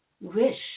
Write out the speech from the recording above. wish